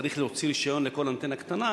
צריך להוציא רשיון לכל אנטנה קטנה,